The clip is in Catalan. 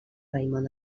raimon